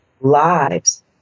lives